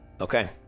Okay